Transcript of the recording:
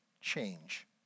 change